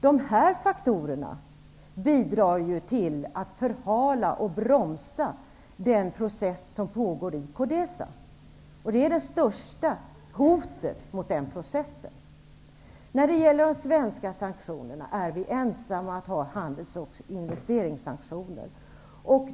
Dessa faktorer bidrar till att den process som pågår i Codesa förhalas och bromsas. Detta är det största hotet mot den process som gågår. När det gäller de svenska sanktionerna vill jag säga att vi är ensamma om att ha handels och investeringssanktioner.